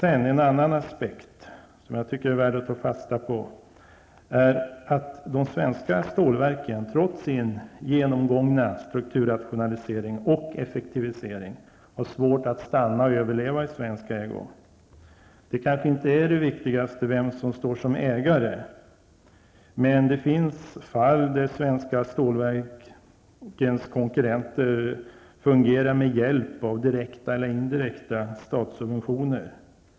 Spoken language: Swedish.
En annan aspekt, som jag tycker är värld att ta fasta på, är att de svenska stålverken, trots sin genomgångna strukturrationalisering och effektivisering, har svårt att stanna kvar och överleva i svensk ägo. Det är kanske inte det viktiga vem som står som ägare, men det finns fall där de svenska stålverkens konkurrenter fungerar med hjälp av direkta eller indirekta statssubventioner.